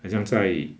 很像在